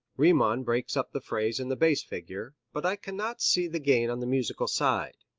riemann breaks up the phrase in the bass figure, but i cannot see the gain on the musical side.